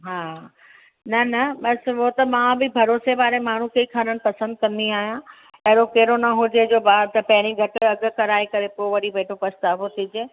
हा न न बसि ओ त मां बि भरोसे वारे माण्हूं खे ई खणण पसंदि कंदी आहियां अहिड़ो कहिड़ो न हुजे जो ॿा त पहिरीं घटि अघि कराए करे पोइ वरी वेठो पछतावो थिए